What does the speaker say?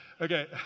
Okay